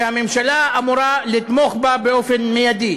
שהממשלה אמורה לתמוך בה מייד.